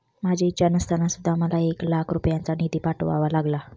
माझी इच्छा नसताना सुद्धा मला एक लाख रुपयांचा निधी पाठवावा लागला